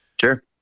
Sure